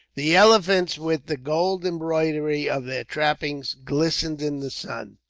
the elephants with the gold embroidery of their trappings glistening in the sun,